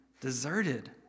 deserted